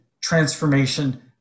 transformation